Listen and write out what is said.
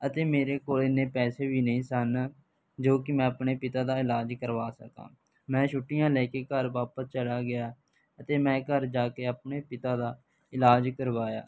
ਅਤੇ ਮੇਰੇ ਕੋਲ ਇੰਨੇ ਪੈਸੇ ਵੀ ਨਹੀਂ ਸਨ ਜੋ ਕਿ ਮੈਂ ਆਪਣੇ ਪਿਤਾ ਦਾ ਇਲਾਜ ਕਰਵਾ ਸਕਾ ਮੈਂ ਛੁੱਟੀਆਂ ਲੈ ਕੇ ਘਰ ਵਾਪਿਸ ਚਲਾ ਗਿਆ ਅਤੇ ਮੈਂ ਘਰ ਜਾ ਕੇ ਆਪਣੇ ਪਿਤਾ ਦਾ ਇਲਾਜ ਕਰਵਾਇਆ